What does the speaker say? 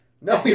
No